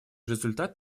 результат